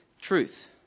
truth